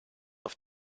auf